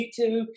YouTube